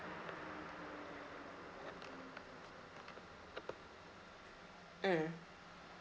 mm